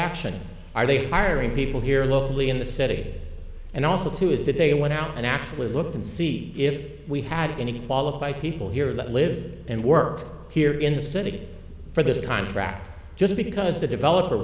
action are they hiring people here locally in the city and also too is that they went out and actually looked and see if we had any qualified people here that live and work here in the city for this contract just because the developer